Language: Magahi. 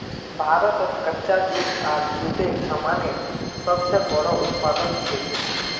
भारत कच्चा जूट आर जूटेर सामानेर सब स बोरो उत्पादक छिके